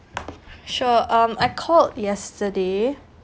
sure um I called yesterday